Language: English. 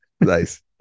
Nice